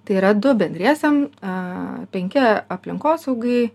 tai yra du bendriesiems aaa penki aplinkosaugai